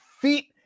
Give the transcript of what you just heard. feet